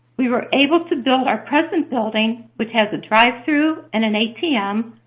we were able to build our present building, which has a drive-through and an atm,